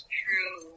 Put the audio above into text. true